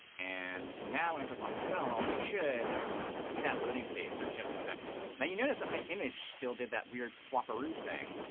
and now when i click on film, i should see that loading state for just a second. now, you notice that my image still did that weird swaparoo thing,